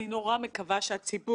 כשיצאתי,